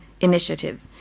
initiative